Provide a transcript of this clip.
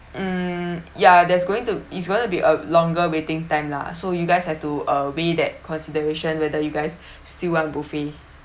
mm ya there's going to it's going to be a longer waiting time lah so you guys have to uh obey that consideration whether you guys still want buffet